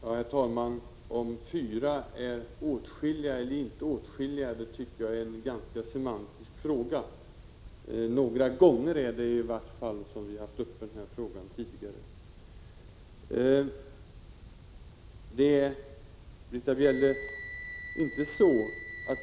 Herr talman! Om fyra gånger är ”åtskilliga” eller inte tycker jag är en semantisk fråga. Några gånger är det i vart fall som den här frågan har varit uppe till diskussion tidigare.